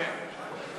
כן.